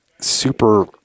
super